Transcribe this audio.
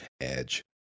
edge